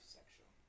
Sexual